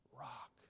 rock